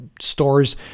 stores